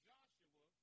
Joshua